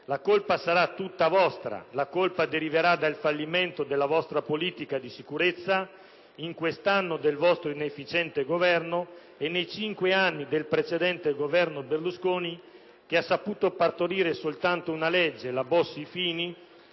la colpa sarà tutta vostra e deriverà dal fallimento della politica di sicurezza in questo anno del vostro inefficiente Governo e nei cinque anni del precedente Governo Berlusconi, che ha saputo partorire soltanto una legge, la cosiddetta